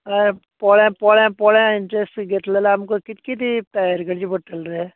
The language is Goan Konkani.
हय पोळ्या पोळ्या पोळ्या हेंचेसी घेतलें जाल्यार आमकां किदे किदे तयारी करचें पडटलें रे